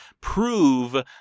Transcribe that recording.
prove